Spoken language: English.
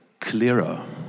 clearer